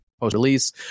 post-release